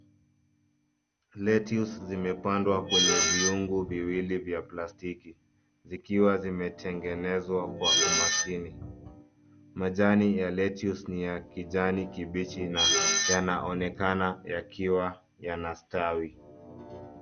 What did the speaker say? lettuce zimepandwa kwenye viungu viwili vya plastiki zikiwa zimetengenezwa kwa umakini. Majani ya lettuce ni ya kijani kibichi na yanaonekana yakiwa yanastawi.